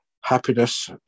happiness